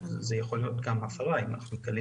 זו יכולה להיות גם הפרה אם אנחנו מגלים